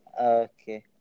Okay